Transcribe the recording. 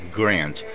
grant